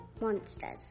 Monsters